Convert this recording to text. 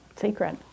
secret